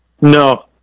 no